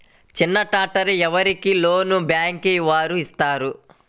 చిన్న ట్రాక్టర్ ఎవరికి లోన్గా బ్యాంక్ వారు ఇస్తారు?